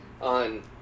on